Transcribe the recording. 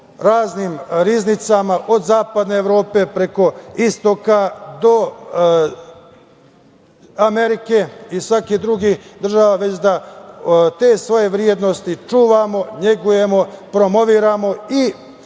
raznim riznicama od Zapadne Evrope, preko istoka, do Amerike i svih drugih država, već da te svoje vrednosti čuvamo, negujemo, promovišemo i